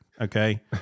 Okay